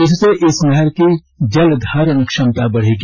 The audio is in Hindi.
इससे इस नहर की जलधारण क्षमता बढ़ेगी